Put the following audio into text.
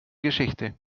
geschichte